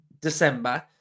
December